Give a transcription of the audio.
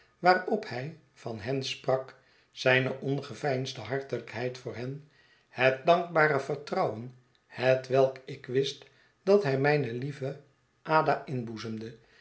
waarop hij van hen sprak zijne ongeveinsde hartelijkheid voor hen het dankbare vertrouwen hetwelk ik wist dat hij mijne lieve ada